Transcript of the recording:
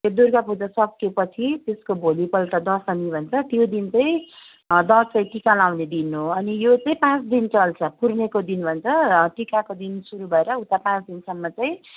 त्यो दुर्गा पूजा सकेपछि त्यसको भोलिपल्ट दशमी भन्छ त्यो दिन चाहिँ दसैँ टिका लाउने दिन हो अनि यो चाहिँ पाँच दिन चल्छ पूर्णेको दिन भन्छ टिकाको दिन सुरु भएर उता पाँच दिनसम्म चाहिँ